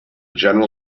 general